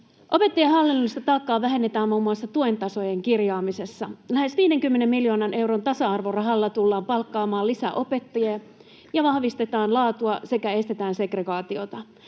Opettajien hallinnollista taakkaa vähennetään muun muassa tuen tasojen kirjaamisessa. Lähes 50 miljoonan euron tasa-arvorahalla tullaan palkkaamaan lisää opettajia ja vahvistetaan laatua sekä estetään segregaatiota.